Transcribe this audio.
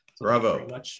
bravo